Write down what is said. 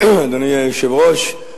אדוני היושב-ראש,